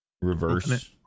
reverse